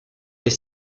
est